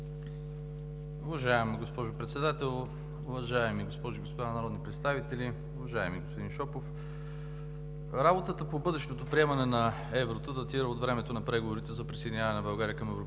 Уважаема госпожо Председател, уважаеми госпожи и господа народни представители! Уважаеми господин Шопов, работата по бъдещото приемане на еврото датира от времето на преговорите за присъединяване на България към Европейския